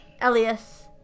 elias